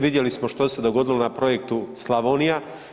Vidjeli smo što se dogodilo na Projektu Slavonija.